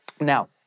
Now